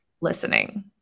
listening